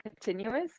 Continuous